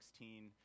2016